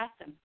Awesome